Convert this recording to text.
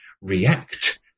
react